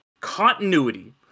continuity